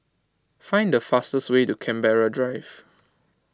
find the fastest way to Canberra Drive